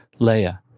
Leia